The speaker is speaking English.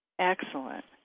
Excellent